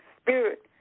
Spirit